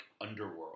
underworld